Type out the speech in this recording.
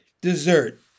dessert